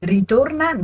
Ritorna